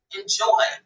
enjoy